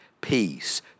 peace